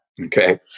okay